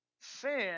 Sin